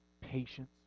patience